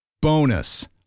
Bonus